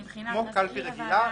מבחינת מזכיר הוועדה כמו קלפי רגילה.